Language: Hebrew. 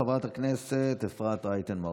חברת הכנסת אפרת רייטן מרום,